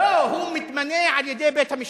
לא, הוא מתמנה על-ידי בית המשפט.